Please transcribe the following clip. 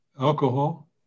alcohol